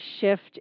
shift